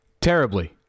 terribly